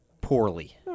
poorly